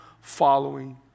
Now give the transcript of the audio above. following